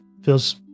feels